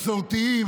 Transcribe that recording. מסורתיים,